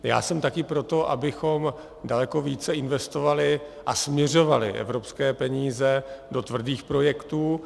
Já jsem také pro to, abychom daleko více investovali a směřovali evropské peníze do tvrdých projektů.